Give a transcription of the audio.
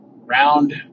round